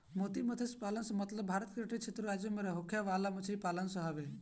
मोती मतस्य पालन से मतलब भारत के तटीय राज्य में होखे वाला मछरी पालन से हवे